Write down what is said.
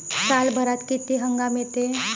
सालभरात किती हंगाम येते?